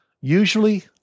Usually